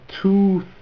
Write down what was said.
two